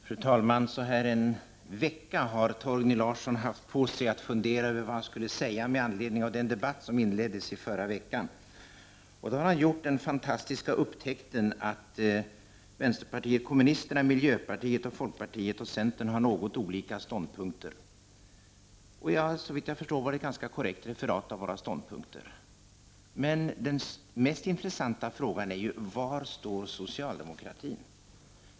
Fru talman! Omkring en vecka har Torgny Larsson haft på sig att fundera över vad han skulle säga med anledning av den debatt som inleddes i förra veckan. Han har då gjort den fantastiska upptäckten att vänsterpartiet kommunisterna, miljöpartiet, folkpartiet och centern har något olika ståndpunkter. Såvitt jag förstår gav han ett ganska korrekt referat av våra ståndpunkter. Men den mest intressanta frågan är ju: Vad står socialdemokratin?